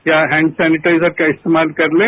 या hand sanitiser का इस्तेमाल कर लें